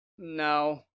No